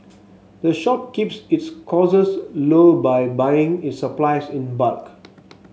the shop keeps its costs low by buying its supplies in bulk